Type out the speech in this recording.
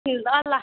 ए ल ल